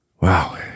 Wow